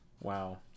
Wow